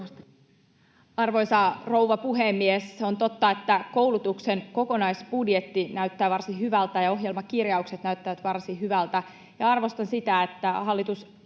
Arvoisa rouva puhemies! Se on totta, että koulutuksen kokonaisbudjetti näyttää varsin hyvältä ja ohjelmakirjaukset näyttävät varsin hyviltä. Arvostan sitä, että hallitus